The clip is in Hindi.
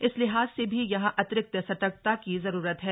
इस लिहाज से भी यहां अतिरिक्त सतर्कता की जरूरत है